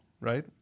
right